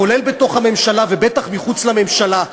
כולל בתוך הממשלה ובטח מחוץ לממשלה,